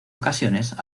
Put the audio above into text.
ocasiones